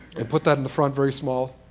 they put that in the front, very small.